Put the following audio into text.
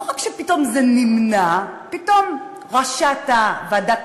לא רק שפתאום זה נמנע ופתאום ראשת ועדת